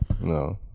No